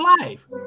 life